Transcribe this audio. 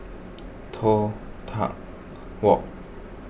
Toh Tuck Walk